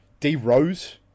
D-Rose